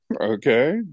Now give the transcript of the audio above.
okay